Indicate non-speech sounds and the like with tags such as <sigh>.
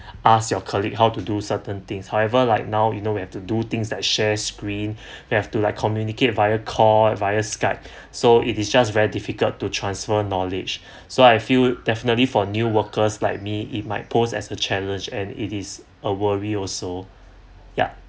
ask your colleague how to do certain things however like now you know we have to do things like share screen <breath> you have to like communicate via call via skype <breath> so it is just very difficult to transfer knowledge <breath> so I feel definitely for new workers like me it might pose as a challenge and it is a worry also ya